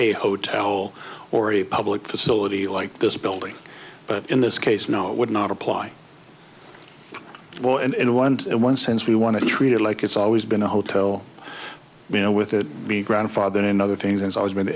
a hotel or a public facility like this building but in this case no it would not apply well and once in one sense we want to treat it like it's always been a hotel you know with it being grandfathered in other things there's always been the